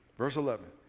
verse eleven.